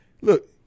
Look